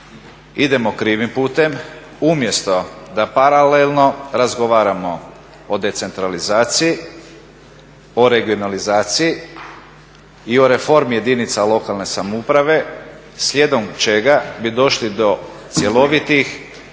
idemo krivim putem. Umjesto da paralelno razgovaramo o decentralizaciji, o regionalizaciji i o reformi jedinica lokalne samouprave slijedom čega bi došli do cjelovitih